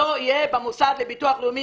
לא יהיה במוסד לביטוח לאומי,